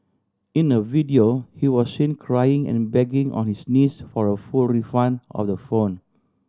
in a video he was seen crying and begging on his knees for a full refund of the phone